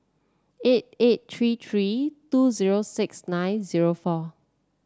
eight eight three three two zero six nine zero four